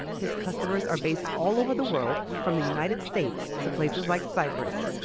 his customers are based all over the world from the united states to places like cyprus.